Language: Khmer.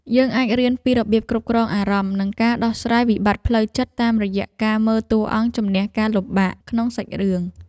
យើងអាចរៀនពីរបៀបគ្រប់គ្រងអារម្មណ៍និងការដោះស្រាយវិបត្តិផ្លូវចិត្តតាមរយៈការមើលតួអង្គជម្នះការលំបាកក្នុងសាច់រឿង។